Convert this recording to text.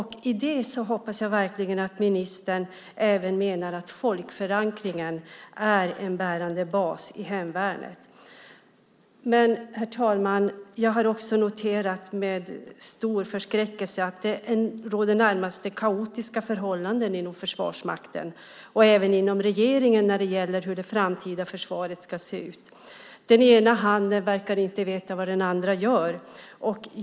Med detta hoppas jag verkligen att ministern också menar att folkförankringen är en bärande bas i hemvärnet. Herr talman! Jag har dock också med stor förskräckelse noterat att det råder närmast kaotiska förhållanden inom Försvarsmakten och även inom regeringen när det gäller hur det framtida försvaret ska se ut. Den ena handen verkar inte veta vad den andra gör.